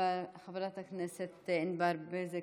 חברת הכנסת ענבר בזק,